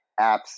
apps